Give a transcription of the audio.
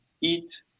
eat